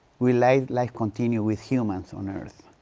will life, life continue with humans on earth?